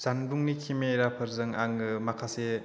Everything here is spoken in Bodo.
जानबुंनि केमेराफोरजों आङो माखासे